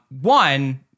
One